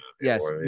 Yes